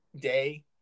day